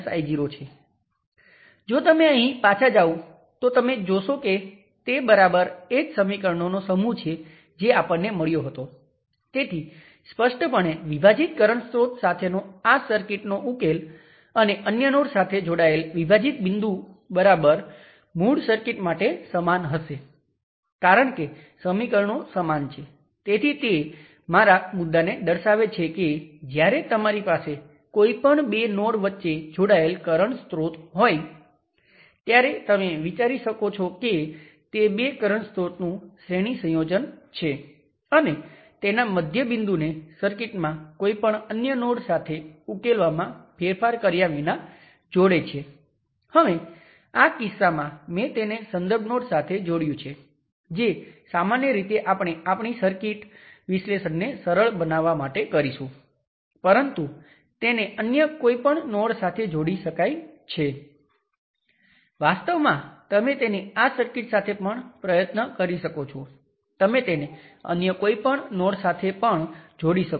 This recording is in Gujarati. તેથી આ રીતે પાછળ જોવાથી રેઝિસ્ટન્સ શૂન્ય થઈ જાય છે પરંતુ ફરીથી હું અહીં જે બાબત પ્રકાશિત કરવા માંગુ છું તે એ છે કે પ્રક્રિયા ખૂબ જ વ્યવસ્થિત છે તમે આઉટપુટ સર્કિટ ખોલો ઓપન સર્કિટ વોલ્ટેજ શોધો અને તમે સર્કિટના તમામ ઇન્ડિપેન્ડન્ટ સોર્સને રદ કરો